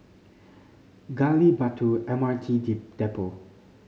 Gali Batu M R T T Depot